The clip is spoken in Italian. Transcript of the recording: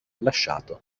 lasciato